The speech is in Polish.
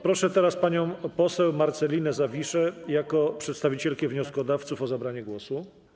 Proszę panią poseł Marcelinę Zawiszę jako przedstawicielkę wnioskodawców o zabranie głosu.